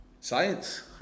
science